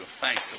Thanks